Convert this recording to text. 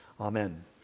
Amen